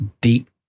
deep